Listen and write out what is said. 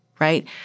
right